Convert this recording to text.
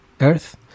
earth